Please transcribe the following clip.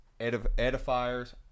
edifiers